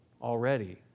already